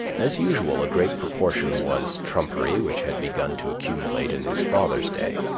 as usual, a great proportion was trumpery which had begun to accumulate in his father's day.